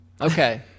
okay